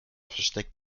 versteckt